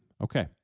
Okay